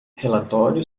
relatório